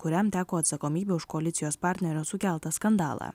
kuriam teko atsakomybė už koalicijos partnerio sukeltą skandalą